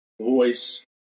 voice